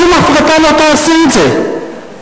שום הפרטה לא תעשה את זה.